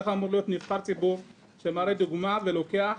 איך אמור להיות נבחר ציבור שמראה דוגמה ולוקח